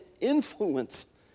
influence